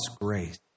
grace